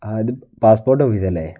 ആ ഇത് പാസ്പോർട്ട് ഓഫീസല്ലേ